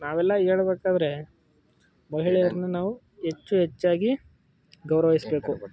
ನಾವೆಲ್ಲ ಹೇಳ್ಬೇಕಾದರೆ ಮಹಿಳೆಯರನ್ನು ನಾವು ಹೆಚ್ಚು ಹೆಚ್ಚಾಗಿ ಗೌರವಿಸಬೇಕು